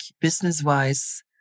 business-wise